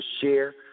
share